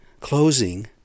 closing